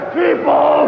people